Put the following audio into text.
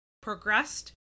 progressed